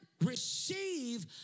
receive